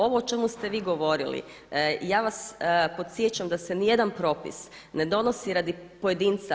Ovo o čemu ste vi govorili ja vas podsjećam da se ni jedan propis ne donosi radi pojedinca.